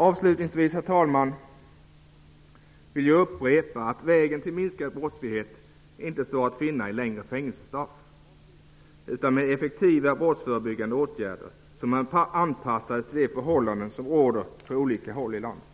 Avslutningsvis, herr talman, vill jag upprepa att vägen till minskad brottslighet inte står att finna i längre fängelsestraff utan i effektiva brottsförebyggande åtgärder som är anpassade till de förhållanden som råder på olika håll i landet.